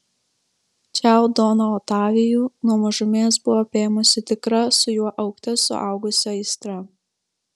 čiau doną otavijų nuo mažumės buvo apėmusi tikra su juo augte suaugusi aistra